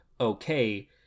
okay